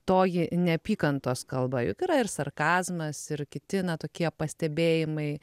toji neapykantos kalba juk yra ir sarkazmas ir kiti na tokie pastebėjimai